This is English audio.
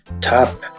top